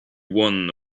one